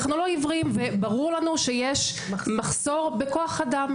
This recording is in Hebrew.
אנחנו לא עיוורים וברור לנו שיש מחסור בכוח אדם.